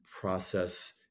process